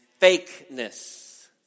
fakeness